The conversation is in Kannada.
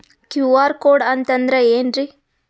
ಕ್ಯೂ.ಆರ್ ಕೋಡ್ ಅಂತಂದ್ರ ಏನ್ರೀ?